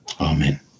Amen